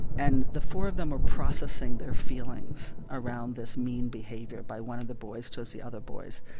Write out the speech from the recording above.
and the four of them were processing their feelings around this mean behavior by one of the boys towards the other boys.